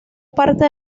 parte